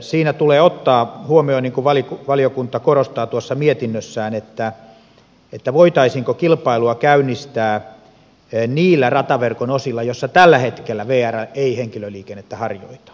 siinä tulee ottaa huomioon niin kuin valiokunta korostaa tuossa mietinnössään voitaisiinko kilpailua käynnistää niillä rataverkon osilla joilla tällä hetkellä vr ei henkilöliikennettä harjoita